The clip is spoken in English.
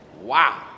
wow